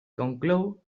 conclou